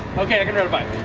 ok i can ride a bike.